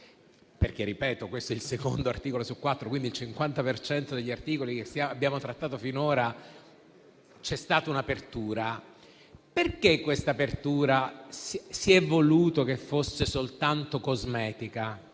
che questo è il secondo articolo su quattro, quindi sul 50 per cento degli articoli che abbiamo trattato finora c'è stata un'apertura. Perché questa apertura si è voluto che fosse soltanto cosmetica?